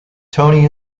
tony